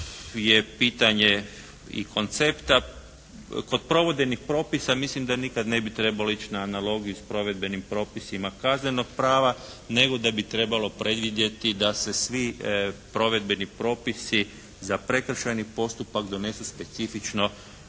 je pitanje i koncepta. Kod provedbenih propisa mislim da nikad ne bi trebalo ići na analogiju sa provedbenim propisima Kaznenog prava, nego da bi trebalo predvidjeti da se svi provedbeni propisi za prekršajni postupak donesu specifično